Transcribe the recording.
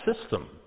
system